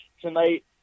tonight